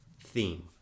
theme